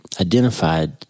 Identified